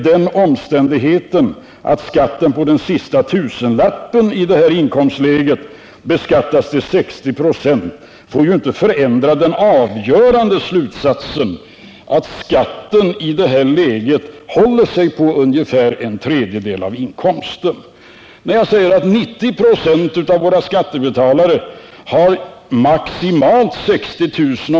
Den omständigheten att skatten på den sista tusenlappen i det här inkomstläget beskattas till 60 96 får ju inte förändra den avgörande slutsatsen att skatten i detta skikt håller sig på ungefär en tredjedel av inkomsten. När jag säger att 90 96 av våra skattebetalare har maximalt 60 000 kr.